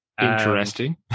Interesting